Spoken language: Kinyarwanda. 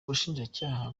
ubushinjacyaha